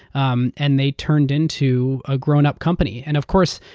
um and they turned into a grown-up company. and of course,